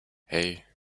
hei